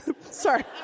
Sorry